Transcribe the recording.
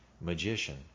magician